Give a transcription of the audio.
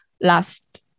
last